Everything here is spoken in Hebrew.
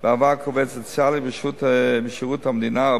בעבר כעובד סוציאלי בשירות המדינה או